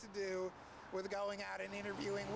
to do with going out and interviewing